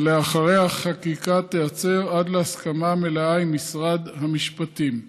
ולאחריה החקיקה תיעצר עד להסכמה מלאה עם משרד המשפטים.